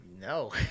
no